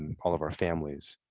and all of our families.